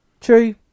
True